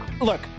Look